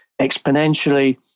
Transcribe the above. exponentially